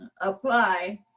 apply